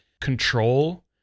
Control